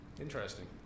Interesting